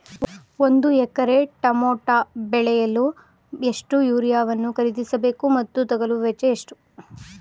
ಒಂದು acre tomato ಬೆಳೆಯಲು ಎಷ್ಟು ಯೂರಿಯಾವನ್ನು ಖರೀದಿಸ ಬೇಕು ಮತ್ತು ತಗಲುವ ವೆಚ್ಚ ಎಷ್ಟು?